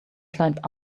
climbed